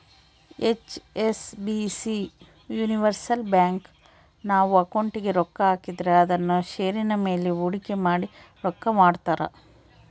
HSBC universal bank, ನಾವು ಅಕೌಂಟಿಗೆ ರೊಕ್ಕ ಹಾಕಿದ್ರ ಅದುನ್ನ ಷೇರಿನ ಮೇಲೆ ಹೂಡಿಕೆ ಮಾಡಿ ರೊಕ್ಕ ಮಾಡ್ತಾರ